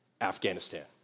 Afghanistan